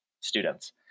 students